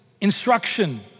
instruction